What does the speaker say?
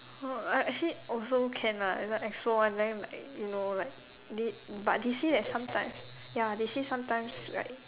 oh I actually also can lah like expo one then like you know like they but they say that sometimes ya they say sometimes right